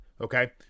okay